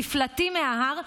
נפלטים מההר,